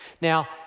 Now